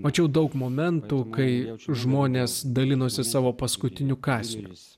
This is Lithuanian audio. mačiau daug momentų kai žmonės dalinosi savo paskutiniu kąsniu